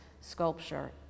sculpture